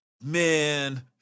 man